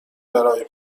برای